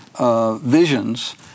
visions